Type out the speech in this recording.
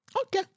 okay